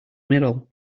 middle